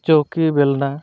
ᱪᱚᱣᱠᱤ ᱵᱮᱞᱱᱟ